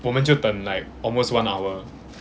我们就等 like almost one hour